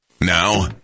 Now